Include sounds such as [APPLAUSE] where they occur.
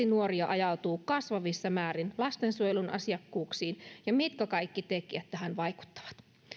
[UNINTELLIGIBLE] nuoria ajautuu kasvavissa määrin lastensuojelun asiakkuuksiin ja mitkä kaikki tekijät tähän vaikuttavat